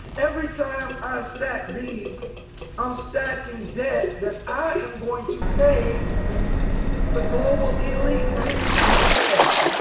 everytime i stack these i'm stacking debt that i am going to pay the global elite banking cartel.